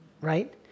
Right